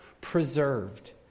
preserved